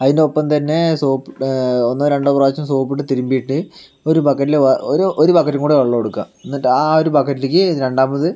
അതിനൊപ്പം തന്നെ സോപ്പ് ഒന്നോ രണ്ടോ പ്രാവശ്യം സോപ്പിട്ട് തിരുമ്പിയിട്ട് ഒരു ബക്കറ്റിൽ ഒരു ബക്കറ്റും കൂടി വെള്ളം എടുക്കുക എന്നിട്ട് ആ ഒരു ബക്കറ്റിലേക്ക് രണ്ടാമത്